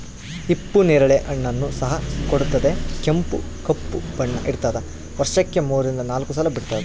ಹಿಪ್ಪು ನೇರಳೆ ಹಣ್ಣನ್ನು ಸಹ ಕೊಡುತ್ತದೆ ಕೆಂಪು ಕಪ್ಪು ಬಣ್ಣ ಇರ್ತಾದ ವರ್ಷಕ್ಕೆ ಮೂರರಿಂದ ನಾಲ್ಕು ಸಲ ಬಿಡ್ತಾದ